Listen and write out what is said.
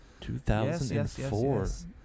2004